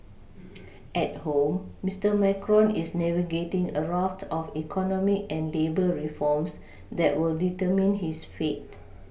at home Mister Macron is navigating a raft of economic and labour reforms that will determine his fate